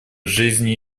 жизни